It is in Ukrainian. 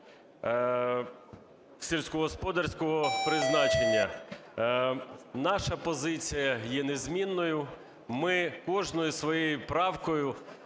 сільськогосподарського призначення". Наша позиція є незмінною: ми кожною своєю правкою,